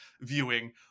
viewing